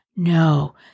No